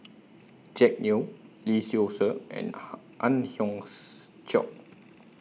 Jack Neo Lee Seow Ser and Ang Hiong Chiok